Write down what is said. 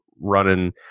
running